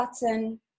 Button